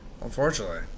unfortunately